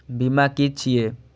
बीमा की छी ये?